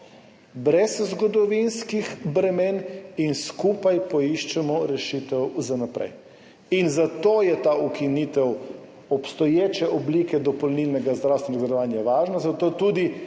brez zgodovinskih bremen in skupaj poiščemo rešitev za naprej. Zato je ta ukinitev obstoječe oblike dopolnilnega zdravstvenega zavarovanja važna. Zato tudi